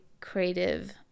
creative